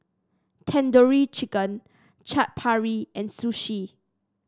Tandoori Chicken Chaat Papri and Sushi